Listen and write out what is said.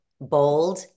bold